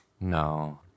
No